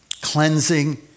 cleansing